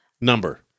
Number